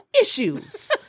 issues